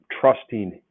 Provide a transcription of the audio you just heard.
trusting